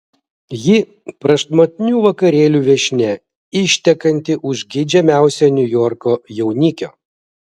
ji prašmatnių vakarėlių viešnia ištekanti už geidžiamiausio niujorko jaunikio